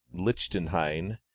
Lichtenhain